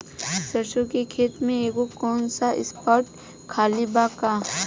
सरसों के खेत में एगो कोना के स्पॉट खाली बा का?